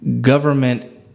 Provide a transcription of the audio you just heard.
government